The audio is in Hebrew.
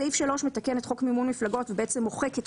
סעיף 3 מתקן את חוק מימון מפלגות ובעצם מוחק את